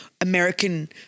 American